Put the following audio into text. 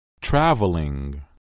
Traveling